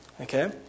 okay